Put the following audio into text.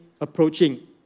approaching